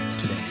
today